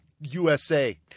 USA